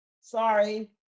Sorry